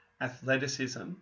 athleticism